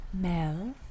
mel